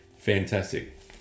Fantastic